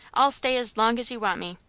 i'll stay as long as you want me.